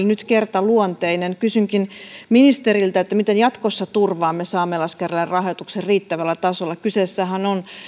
nyt kertaluonteinen kysynkin ministeriltä miten jatkossa turvaamme saamelaiskäräjien rahoituksen riittävällä tasolla kyseessähän on